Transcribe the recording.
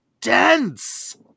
dense